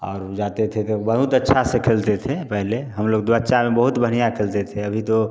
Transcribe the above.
और जाते थे तो बहुत अच्छा से खेलते थे पहले हम लोग द्वाचार में बहुत बढ़िया खेलते थे अभी तो